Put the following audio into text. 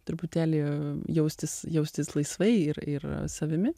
truputėlį jaustis jaustis laisvai ir ir savimi